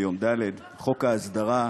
ביום ד', חוק ההסדרה,